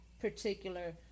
particular